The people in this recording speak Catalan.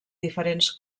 diferents